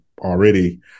already